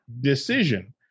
decision